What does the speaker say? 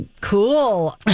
cool